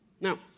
Now